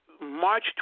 March